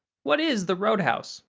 what is the roadhouse?